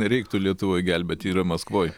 nereiktų lietuvoj gelbėti yra maskvoje